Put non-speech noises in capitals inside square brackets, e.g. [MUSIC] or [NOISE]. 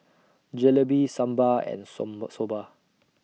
Jalebi Sambar and [UNINTELLIGIBLE] Soba